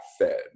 fed